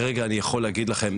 כרגע אני יכול להגיד לכם,